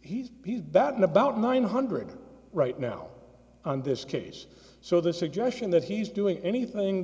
he's he's that in about nine hundred right now on this case so this exhaustion that he's doing anything